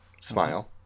Smile